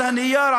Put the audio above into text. על הנייר,